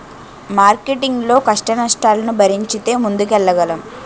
marketing లో కష్టనష్టాలను భరించితే ముందుకెళ్లగలం